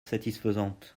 satisfaisante